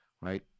right